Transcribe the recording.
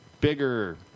bigger